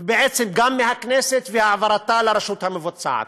ובעצם גם מהכנסת, והעברתן לרשות המבצעת.